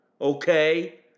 okay